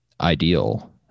ideal